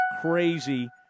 crazy